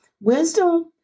wisdom